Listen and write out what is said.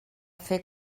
fer